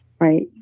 Right